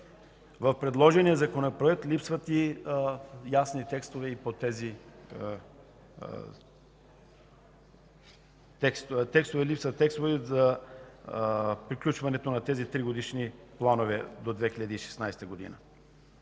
В предложения Законопроект липсват ясни текстове за приключването на тези 3-годишни планове до 2016 г.